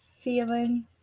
feeling